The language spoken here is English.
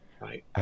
right